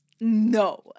No